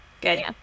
good